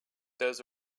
those